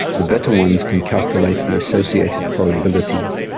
the better ones can calculate the associated probabilities,